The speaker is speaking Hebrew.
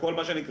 בכל מה שנקרא,